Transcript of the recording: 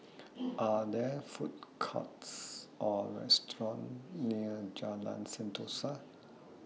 Are There Food Courts Or restaurants near Jalan Sentosa